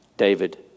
David